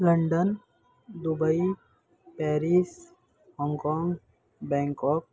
London Dubai Paris Hong Kong Bangkok